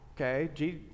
okay